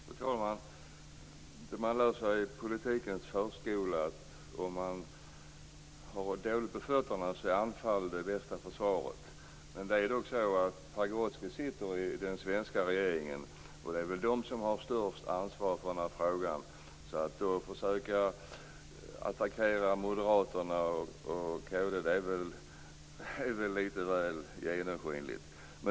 Fru talman! Det man lär sig i politikens förskola är att om man har dåligt på fötterna är anfall det bästa försvaret. Pagrotsky sitter dock i den svenska regeringen, och det är väl regeringen som har störst ansvar för den här frågan. Att då försöka attackera Moderaterna och kd är litet väl genomskinligt.